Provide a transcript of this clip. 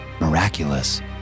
miraculous